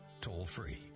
toll-free